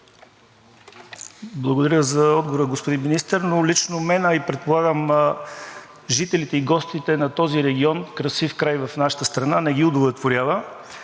Благодаря за отговора, господин Министър. Лично мен, а и предполагам жителите и гостите на този регион – красив край в нашата страна, не ги удовлетворява.